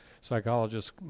psychologists